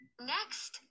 Next